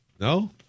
No